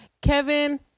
Kevin